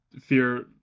fear